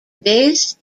based